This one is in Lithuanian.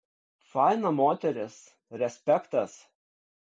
faina moteris respektas